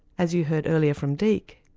as you heard earlier from deek,